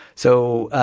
so